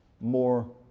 more